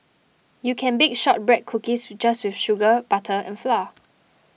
you can bake Shortbread Cookies just with sugar butter and flour